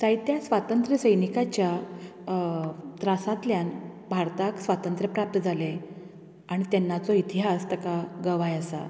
जायत्या स्वातंत्र्य सैनिकाच्या त्रासांतल्यान भारताक स्वातंत्र प्राप्त जालें आनी तेन्नाचो इतिहास तेका गवाय आसा